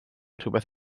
rhywbeth